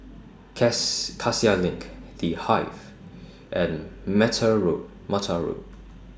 Cassia LINK The Hive and Road Mattar Road